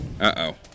Uh-oh